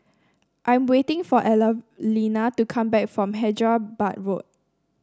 I'm waiting for Evalena to come back from Hyderabad Road